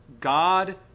God